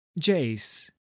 Jace